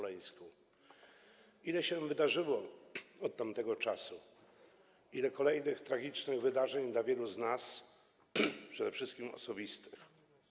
Jak wiele się wydarzyło od tamtego czasu, ile kolejnych tragicznych wydarzeń dla wielu z nas, przede wszystkim osobistych.